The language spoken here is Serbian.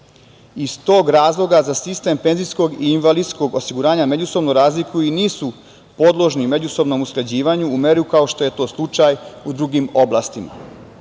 Iz tog razloga za sistem penzijskog i invalidskog osiguranja, međusobno razlikuju i nisu podložni međusobnom usklađivanju u meri kao što je to slučaj u drugim oblastima.